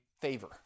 favor